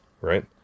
right